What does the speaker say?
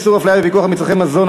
איסור הפליה בפיקוח על מצרכי מזון),